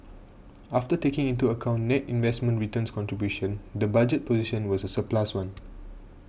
after taking into account net investment returns contribution the budget position was a surplus one